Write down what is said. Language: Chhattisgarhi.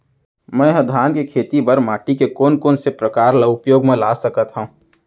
मै ह धान के खेती बर माटी के कोन कोन से प्रकार ला उपयोग मा ला सकत हव?